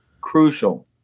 Crucial